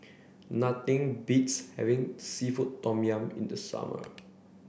nothing beats having seafood Tom Yum in the summer